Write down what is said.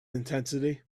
intensity